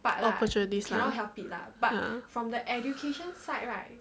opportunities lah ya